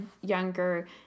younger